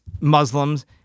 Muslims